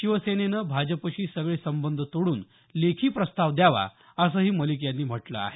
शिवसेनेनं भाजपशी सगळे संबंध तोडून लेखी प्रस्ताव द्यावा असं मलिक यांनी म्हटलं आहे